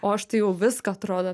o aš tai jau viską atrodo